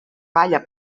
balla